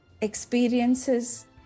experiences